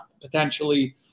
potentially